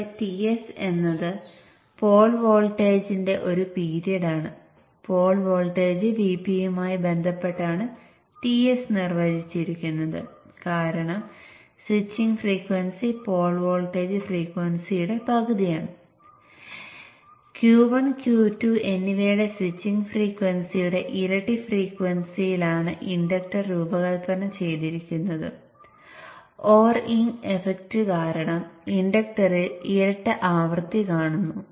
അതിനാൽ ഗ്രൌണ്ടിലേക്ക് Vin ലൂടെ ഷോർട്ട് സർക്യൂട്ടിംഗ് ഉണ്ടാകില്ല ഇതുപോലെ ഈ Vin ൽ ഷോർട്ട് സർക്യൂട്ട് ഒഴിവാക്കുന്നതിനായി Q3 Q4 എന്നിവ വീണ്ടും ഒരേസമയം ഓണാകുന്ന തരത്തിൽ നമ്മൾ നൽകരുത്